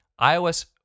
iOS